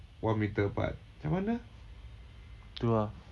one meter apart macam mana